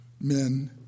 men